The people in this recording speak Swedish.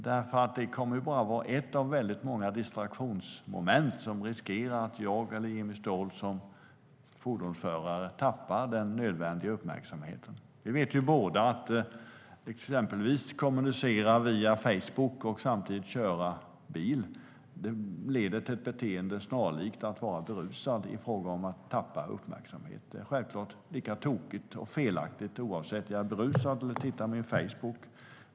Detta är ju bara ett av väldigt många distraktionsmoment som riskerar att jag eller Jimmy Ståhl som fordonsförare tappar den nödvändiga uppmärksamheten. Att kommunicera via Facebook och samtidigt köra bil leder till ett beteende snarlikt att vara berusad. Man tappar uppmärksamhet. Det är självklart lika tokigt och felaktigt oavsett om man är berusad eller tittar i sin Facebook.